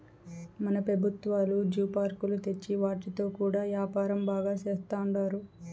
మన పెబుత్వాలు జూ పార్కులు తెచ్చి వాటితో కూడా యాపారం బాగా సేత్తండారు